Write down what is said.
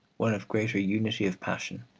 one of greater unity of passion,